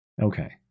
Okay